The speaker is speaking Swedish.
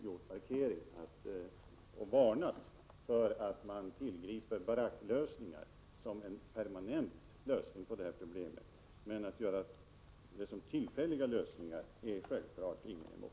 Han har varnat för utvägen att tillgripa baracker som en permanent lösning på problemet. Men att göra detta såsom tillfälliga lösningar är självfallet ingen emot.